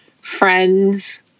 friends